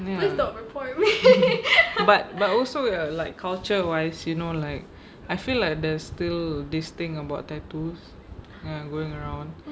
ya but but also like culture wise you know like I feel like there's still this thing about tattoos and going around